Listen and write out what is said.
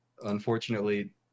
Unfortunately